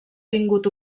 vingut